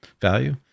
value